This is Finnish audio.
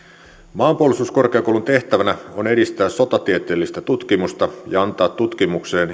maanpuolustuskorkeakoulun tehtävänä on edistää sotatieteellistä tutkimusta ja antaa tutkimukseen